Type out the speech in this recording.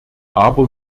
aber